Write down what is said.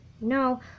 no